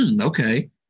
okay